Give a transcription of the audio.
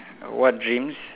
what dreams